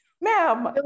Ma'am